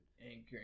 Anchoring